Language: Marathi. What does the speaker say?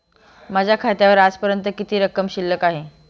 माझ्या खात्यावर आजपर्यंत किती रक्कम शिल्लक आहे?